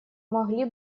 могли